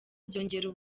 byongera